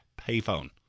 payphone